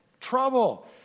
trouble